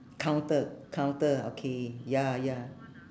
counter counter okay ya ya